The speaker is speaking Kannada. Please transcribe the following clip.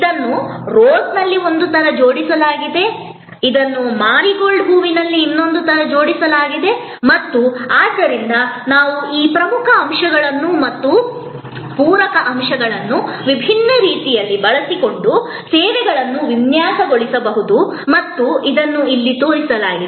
ಇದನ್ನು ರೋಸ್ನಲ್ಲಿ ಒಂದು ರೀತಿಯಲ್ಲಿ ಜೋಡಿಸಲಾಗಿದೆ ಇದನ್ನು ಮಾರಿಗೋಲ್ಡ್ ಹೂವಿನಲ್ಲಿ ಇನ್ನೊಂದು ರೀತಿಯಲ್ಲಿ ಜೋಡಿಸಲಾಗಿದೆ ಮತ್ತು ಆದ್ದರಿಂದ ನಾವು ಈ ಪ್ರಮುಖ ಅಂಶಗಳನ್ನು ಮತ್ತು ಪೂರಕ ಅಂಶಗಳನ್ನು ವಿಭಿನ್ನ ರೀತಿಯಲ್ಲಿ ಬಳಸಿಕೊಂಡು ಸೇವೆಗಳನ್ನು ವಿನ್ಯಾಸಗೊಳಿಸಬಹುದು ಮತ್ತು ಅದನ್ನು ಇಲ್ಲಿ ತೋರಿಸಲಾಗಿದೆ